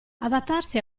adattarsi